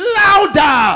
louder